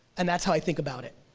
and that's how i think about it.